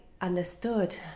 understood